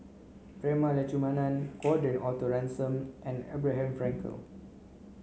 Prema Letchumanan Gordon Arthur Ransome and Abraham Frankel